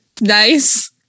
nice